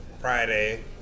Friday